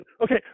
Okay